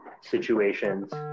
situations